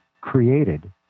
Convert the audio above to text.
created